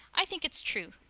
i think it's true,